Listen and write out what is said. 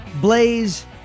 Blaze